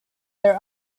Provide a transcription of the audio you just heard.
their